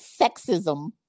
sexism